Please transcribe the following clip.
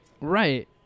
Right